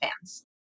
fans